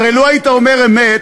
הרי לו היית אומר אמת